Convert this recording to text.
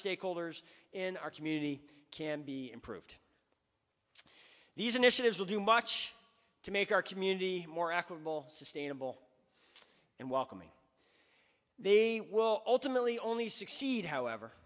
stakeholders in our community can be improved these initiatives will do much to make our community more equitable sustainable and welcoming the will ultimately only succeed however